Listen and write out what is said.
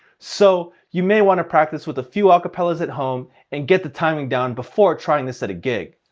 so, you may wanna practice with a few acapellas at home and get the timing down before trying this at a gig.